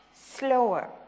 slower